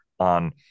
on